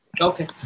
Okay